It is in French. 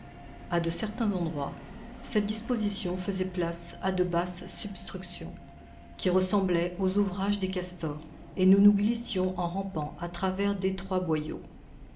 a de certains endroits cette disposition faisait place à de basses substructions qui ressemblaient aux ouvrages des castors et nous nous glissions en rampant à travers d'étroits boyaux